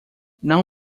não